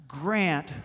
Grant